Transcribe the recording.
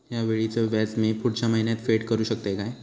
हया वेळीचे व्याज मी पुढच्या महिन्यात फेड करू शकतय काय?